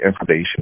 information